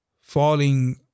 Falling